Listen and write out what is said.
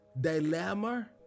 dilemma